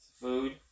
food